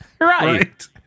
right